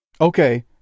Okay